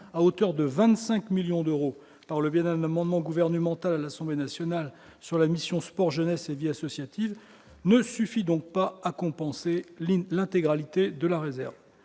à hauteur de 25 millions d'euros par le biais d'un amendement gouvernemental à l'Assemblée nationale sur la mission Sport, jeunesse et vie associative ne suffit donc pas à compenser les l'intégralité de la réserve